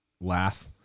laugh